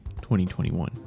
2021